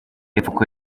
afurika